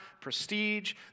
prestige